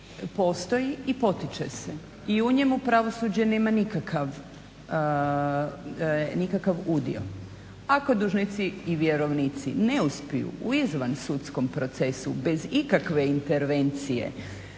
postoji i potiče se i u njemu pravosuđe nema nikakav udio. Ako dužnici i vjerovnici ne uspiju u izvansudskom procesu bez ikakve intervencije